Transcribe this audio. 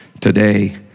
Today